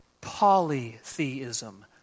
polytheism